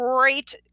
great